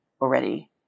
already